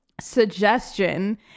suggestion